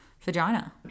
vagina